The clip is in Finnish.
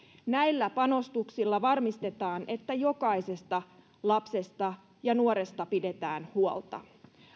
näillä panostuksilla varmistetaan että jokaisesta lapsesta ja nuoresta pidetään huolta